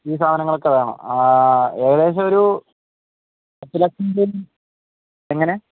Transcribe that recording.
ഈ സാധനങ്ങളൊക്കെവേണം ഏകദേശം ഒരു പത്ത് ലക്ഷം രൂപ വരെ എങ്ങനെ